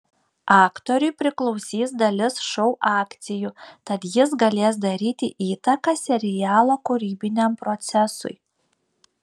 aktoriui priklausys dalis šou akcijų tad jis galės daryti įtaką serialo kūrybiniam procesui